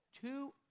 two